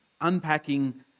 unpacking